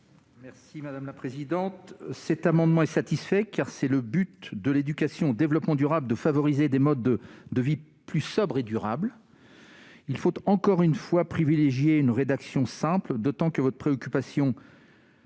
l'avis de la commission ? Cet amendement est satisfait, car c'est le but de l'éducation au développement durable que de favoriser des modes de vie plus sobres et durables. Il faut, je le répète, privilégier une rédaction simple, d'autant que votre préoccupation